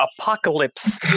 apocalypse